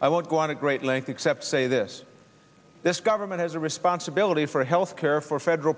i won't go on at great length except to say this this government has a responsibility for health care for federal